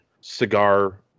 cigar